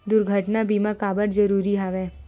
दुर्घटना बीमा काबर जरूरी हवय?